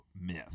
myth